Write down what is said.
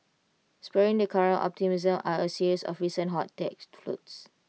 spurring the current optimism are A series of recent hot tech floats